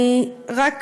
אני רק